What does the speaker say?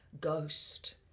Ghost